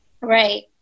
Right